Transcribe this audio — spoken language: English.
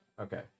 Okay